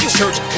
church